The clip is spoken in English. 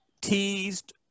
teased